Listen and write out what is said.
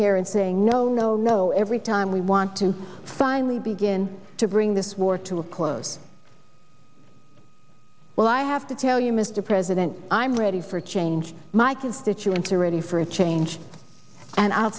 here and saying no no no every time we want to finally begin to bring this war to well i have to tell you mr president i'm ready for change my constituents are ready for a change and i'll